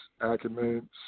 acumen